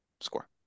score